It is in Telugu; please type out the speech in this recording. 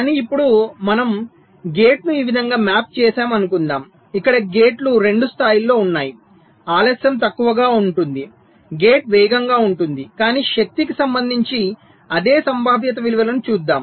కానీ ఇప్పుడు మనం గేటును ఈ విధంగా మ్యాప్ చేసాం అనుకుందాం ఇక్కడ గేట్లు 2 స్థాయిలో ఉన్నాయి ఆలస్యం తక్కువగా ఉంటుంది గేట్ వేగంగా ఉంటుంది కానీ శక్తికి సంబంధించి అదే సంభావ్యత విలువలను చూద్దాం